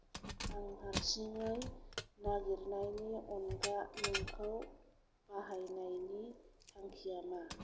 आं हारसिङै नागिरनायनि अनगा नोंखौ बाहायनायनि थांखिया मा